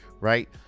right